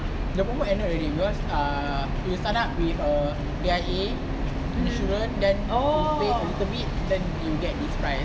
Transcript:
the promo ended already because ah you sign up with a A_I_A insurance then you paid a little bit then you get this price